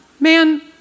Man